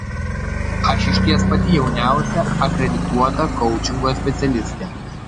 aš išties pati jauniausia akredituota koučingo specialistė